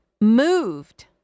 moved